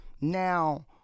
now